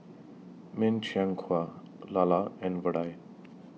Min Chiang Kueh Lala and Vadai